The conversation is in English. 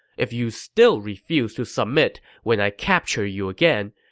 if you still refuse to submit when i capture you again,